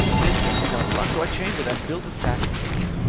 they're simply not fun. so i changed it and built a staff canteen,